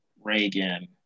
Reagan